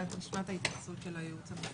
אנחנו ביקשנו נושא חדש על סעיף (4)(ב)